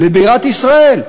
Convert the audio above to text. לבירת ישראל,